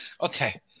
okay